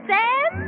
Sam